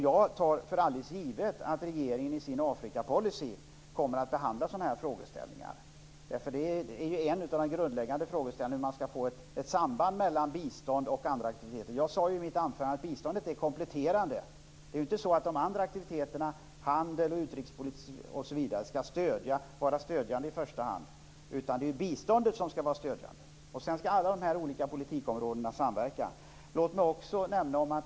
Jag tar för givet att regeringen i sin Afrikapolicy kommer att behandla sådana här frågor. Det är en grundläggande fråga om man skall få något samband mellan bistånd och andra aktiviteter. Jag sade i mitt anförande att bistånd är kompletterande. Handel och utrikespolitik skall ju inte i första hand vara stödjande, utan det är biståndet som skall vara det. Sedan skall alla olika politikområden samverka.